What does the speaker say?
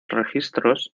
registros